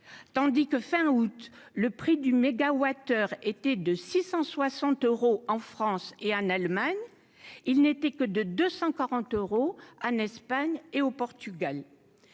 tandis que fin août, le prix du mégawattheure était de 660 euros en France et en Allemagne, il n'était que de 240 euros en Espagne et au Portugal,